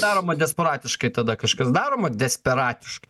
daroma desperatiškai tada kažkas daroma desperatišk